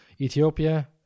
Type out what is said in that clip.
ethiopia